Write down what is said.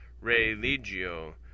religio